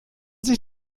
sich